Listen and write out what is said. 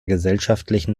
gesellschaftlichen